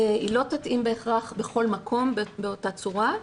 היא לא תתאים בהכרח בכל מקום באותה צורה.